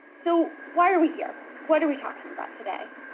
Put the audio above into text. so why are we here what are we talking about today